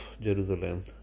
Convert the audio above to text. Jerusalem